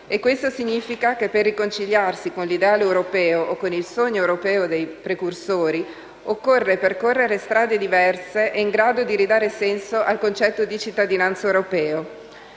Questo significa che per riconciliarsi con l'ideale europeo, o con il sogno europeo dei precursori, occorre percorrere strade diverse e in grado di ridare senso al concetto di cittadinanza europea.